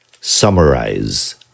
Summarize